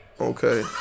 Okay